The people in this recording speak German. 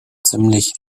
ziemlich